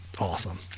Awesome